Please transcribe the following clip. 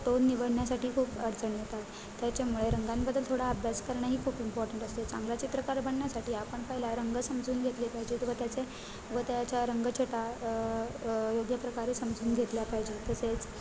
tone निवडण्यासाठी खूप अडचणी येतात त्याच्यामुळे रंगांबद्दल थोडा अभ्यास करणंही खूप इम्पॉर्टंट असते चांगला चित्रकार बनण्यासाठी आपण पहिला रंग समजून घेतले पाहिजेत व त्याचे व त्याच्या रंगछटा योग्य प्रकारे समजून घेतल्या पाहिजेत तसेच